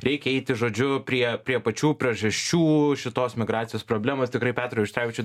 reikia eiti žodžiu prie prie pačių priežasčių šitos migracijos problemos tikrai petrui auštrevičiui